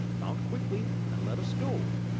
mount quickly and let us go.